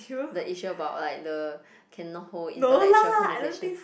the issue about like the cannot hold intellectual conversation